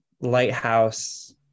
lighthouse